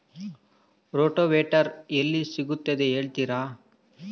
Rotavator ಎಲ್ಲಿ ಸಿಗುತ್ತದೆ ಹೇಳ್ತೇರಾ?